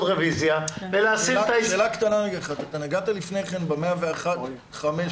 רביזיה --- אתה נגעת לפני כן ב-101.5%,